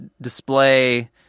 display